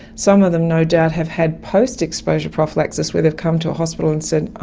some of them no doubt have had post-exposure prophylaxis where they've come to a hospital and said,